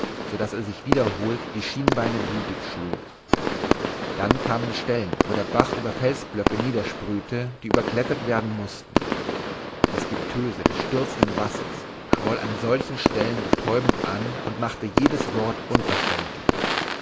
daß er sich wiederholt die schienbeine blutig schlug dann kamen stellen wo der bach über felsblöcke niedersprühte die überklettert werden mußten das getöse des stürzenden wassers schwoll an solchen stellen betäubend an und machte jedes wort unverständlich